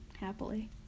happily